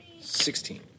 Sixteen